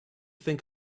think